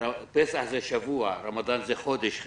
פבח זה שבוע, רמאדאן זה חודש.